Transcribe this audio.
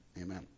amen